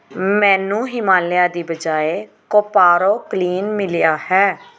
ਮੈਨੂੰ ਹਿਮਾਲਿਆ ਦੀ ਬਜਾਏ ਕੋਪਾਰੋ ਕਲੀਨ ਮਿਲਿਆ ਹੈ